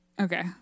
Okay